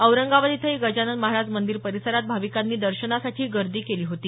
औरंगाबाद इथंही गजानन महाराज मंदिर परिसरात भाविकांनी दर्शनासाठी गर्दी केली होती